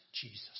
Jesus